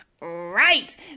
Right